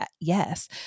Yes